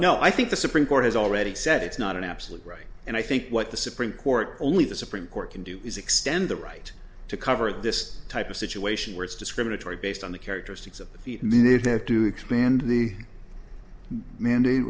know i think the supreme court has already said it's not an absolute right and i think what the supreme court only the supreme court can do is extend the right to cover this type of situation where it's discriminatory based on the characteristics of the minute that do expand the mandate